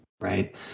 Right